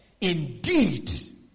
indeed